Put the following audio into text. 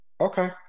Okay